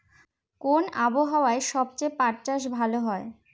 কোন আবহাওয়ায় সবচেয়ে পাট চাষ ভালো হয়?